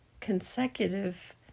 consecutive